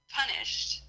punished